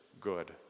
good